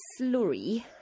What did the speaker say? slurry